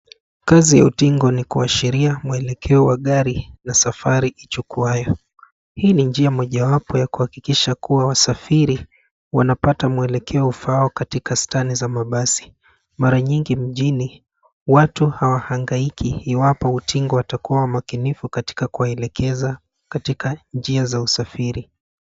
Kazi ya utingo ni kuashiria mwelekeo wa gari a safari ichukuayo. Hii ni njia mojawapo ya kuhakikisha kuwa wasafiri wanapata mwelekeo ufaao katika stani za mabasi. Mara nyingi mjini, watu hawaangaiki iwapo utingo atakuwa mmakinifu katika kuwaelekeza katika njia za usafiri.